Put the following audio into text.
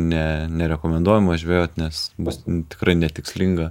ne nerekomenduojama žvejot nes bus tikrai netikslinga